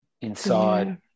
inside